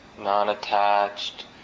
non-attached